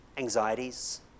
Anxieties